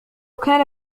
كان